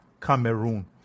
Cameroon